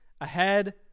ahead